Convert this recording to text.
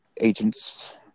agents